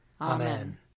Amen